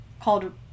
called